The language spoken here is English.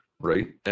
right